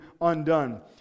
undone